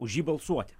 už jį balsuoti